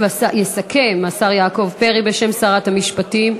יסכם השר יעקב פרי בשם שרת המשפטים.